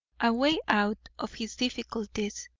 a way out of his difficulties.